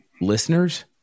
listeners